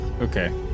Okay